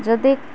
ଯଦି